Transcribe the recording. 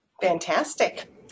Fantastic